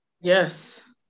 Yes